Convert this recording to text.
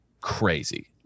crazy